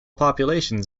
populations